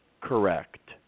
correct